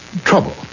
Trouble